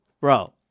Bro